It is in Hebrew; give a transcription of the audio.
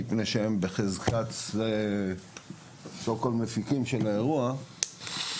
מפני שהם בחזקת מפיקים של האירוע,